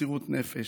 במסירות נפש.